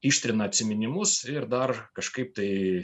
ištrina atsiminimus ir dar kažkaip tai